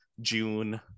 June